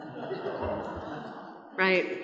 Right